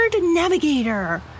navigator